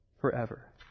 forever